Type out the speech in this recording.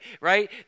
right